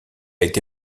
été